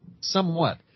Somewhat